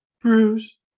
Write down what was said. Bruce